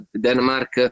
Denmark